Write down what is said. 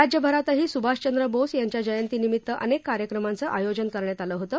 राज्यभरातही सुभाषचंद्र बोस यांच्या जयंतीनिमीतअनेक कार्यक्रमांचं आयोजन करण्यात आलं होतं